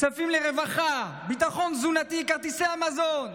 הכספים לרווחה, לביטחון תזונתי, כרטיסי המזון,